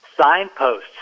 Signposts